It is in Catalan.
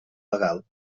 legal